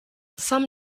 some